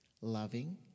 loving